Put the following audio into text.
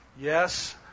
Yes